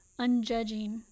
Unjudging